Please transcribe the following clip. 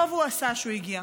טוב עשה שהוא הגיע,